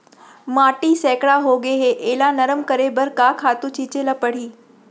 माटी सैकड़ा होगे है एला नरम करे बर का खातू छिंचे ल परहि?